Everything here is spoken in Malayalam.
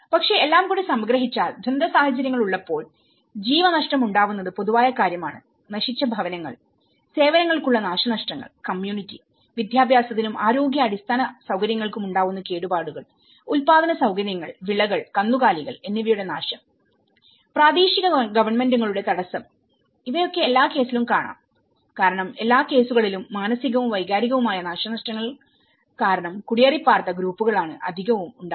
പക്ഷെ എല്ലാം കൂടി സംഗ്രഹിച്ചാൽ ദുരന്തസാഹചര്യങ്ങൾ ഉള്ളപ്പോൾജീവനഷ്ടം ഉണ്ടാവുന്നത് പൊതുവായ കാര്യമാണ് നശിച്ച ഭവനങ്ങൾ സേവനങ്ങൾക്കുള്ള നാശനഷ്ടങ്ങൾ കമ്മ്യൂണിറ്റി വിദ്യാഭ്യാസത്തിനും ആരോഗ്യ അടിസ്ഥാന സൌകര്യങ്ങൾക്കും ഉണ്ടാവുന്ന കേടുപാടുകൾ ഉൽപാദന സൌകര്യങ്ങൾ വിളകൾ കന്നുകാലികൾ എന്നിവയുടെ നാശംപ്രാദേശിക ഗവൺമെന്റുകളുടെ തടസ്സം ഇവയൊക്കെ എല്ലാ കേസിലും കാണാം കാരണം എല്ലാ കേസുകളിലും മാനസികവും വൈകാരികവുമായ നാശനഷ്ടങ്ങൾ കാരണം കുടിയേറിപ്പാർത്ത ഗ്രൂപ്പുകളാണ് അധികവും ഉണ്ടാവുന്നത്